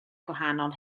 gwahanol